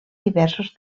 diversos